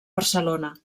barcelona